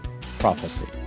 PROPHECY